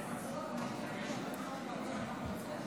להלן תוצאות